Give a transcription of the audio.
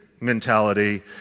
mentality